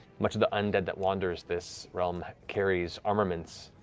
much of the undead that wanders this realm carries armaments,